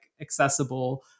accessible